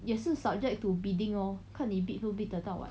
也是 subject to bidding lor 看你 bid 不 bid 得到 [what]